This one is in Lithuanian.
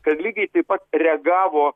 kad lygiai taip pat reagavo